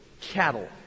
cattle